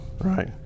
Right